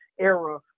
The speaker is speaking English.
era